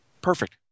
Perfect